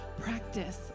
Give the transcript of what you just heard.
practice